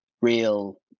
real